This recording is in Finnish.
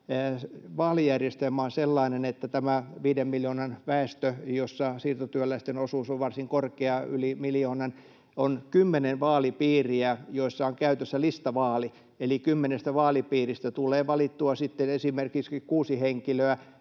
Vaalijärjestelmä on sellainen, että tässä 5 miljoonan väestössä, jossa siirtotyöläisten osuus on varsin korkea, yli miljoonan, on kymmenen vaalipiiriä, joissa on käytössä listavaali. Eli kymmenestä vaalipiiristä tulee valittua sitten esimerkiksi kuusi henkilöä,